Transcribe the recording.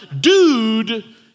Dude